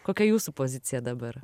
kokia jūsų pozicija dabar